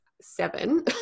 seven